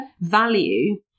value